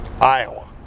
Iowa